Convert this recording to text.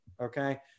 okay